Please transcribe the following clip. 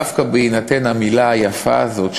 דווקא בהינתן המילה היפה הזאת,